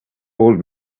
old